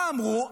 מה אמרו?